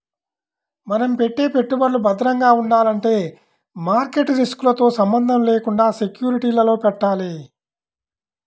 మనం పెట్టే పెట్టుబడులు భద్రంగా ఉండాలంటే మార్కెట్ రిస్కులతో సంబంధం లేకుండా సెక్యూరిటీలలో పెట్టాలి